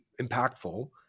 impactful